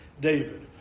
David